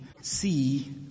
see